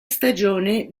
stagione